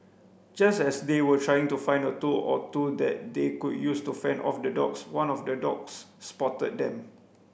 just as they were trying to find a tool or two that they could use to fend off the dogs one of the dogs spotted them